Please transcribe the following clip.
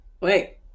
wait